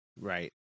right